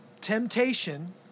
temptation